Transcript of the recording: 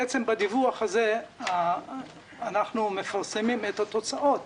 בדיווח הזה אנחנו מפרסמים את התוצאות